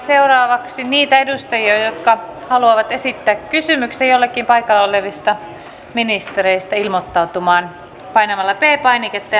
pyydän niitä edustajia jotka haluavat esittää kysymyksen jollekin paikalla olevista ministereistä ilmoittautumaan painamalla p painiketta ja nousemalla seisomaan